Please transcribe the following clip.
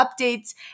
updates